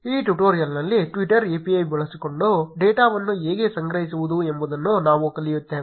ಈ ಟ್ಯುಟೋರಿಯಲ್ ನಲ್ಲಿ twitter API ಬಳಸಿಕೊಂಡು ಡೇಟಾವನ್ನು ಹೇಗೆ ಸಂಗ್ರಹಿಸುವುದು ಎಂಬುದನ್ನು ನಾವು ಕಲಿಯುತ್ತೇವೆ